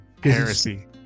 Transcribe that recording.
Heresy